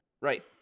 right